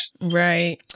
Right